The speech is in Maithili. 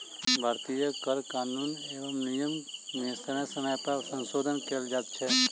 भारतीय कर कानून एवं नियम मे समय समय पर संशोधन कयल जाइत छै